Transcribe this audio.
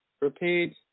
Repeat